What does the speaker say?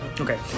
Okay